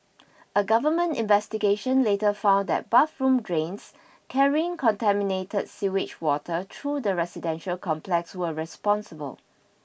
a government investigation later found that bathroom drains carrying contaminated sewage water through the residential complex were responsible